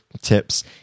tips